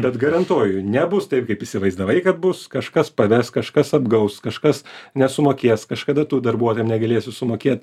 bet garantuoju nebus taip kaip įsivaizdavai kad bus kažkas paves kažkas apgaus kažkas nesumokės kažkada tu darbuotojam negalėsi sumokėt